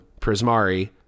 prismari